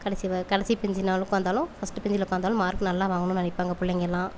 கடைசி வ கடைசி பெஞ்சி நா உட்காந்தாலும் ஃபர்ஸ்ட்டு பெஞ்சில் உட்காந்தாலும் மார்க்கு நல்லா வாங்கணும்னு நினைப்பாங்க பிள்ளைங்க எல்லாம்